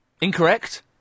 Incorrect